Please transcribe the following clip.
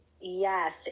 Yes